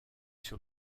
sur